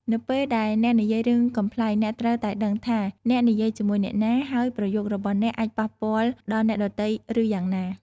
នៅពេលដែលអ្នកនិយាយរឿងកំប្លែង អ្នកត្រូវតែដឹងថា អ្នកនិយាយជាមួយអ្នកណា ហើយប្រយោគរបស់អ្នកអាចប៉ះពាល់ដល់អ្នកដទៃឬយ៉ាងណា។